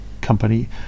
company